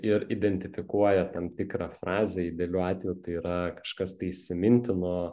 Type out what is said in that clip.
ir identifikuoja tam tikrą frazę idealiu atveju tai yra kažkas tai įsimintino